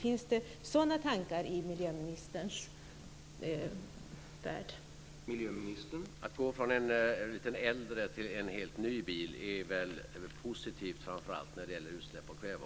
Finns det några sådana tankar i miljöministerns värld?